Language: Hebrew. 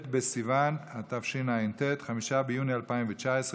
התשע"ט 2019,